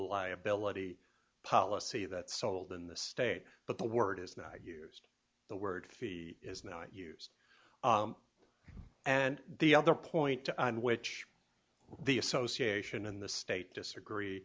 liability policy that sold in the state but the word is not used the word fee is not used and the other point to which the association in the state disagree